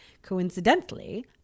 Coincidentally